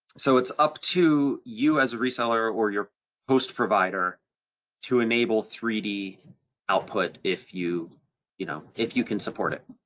so it's up to you as a reseller or your host provider to enable three d output if you you know if you can support it.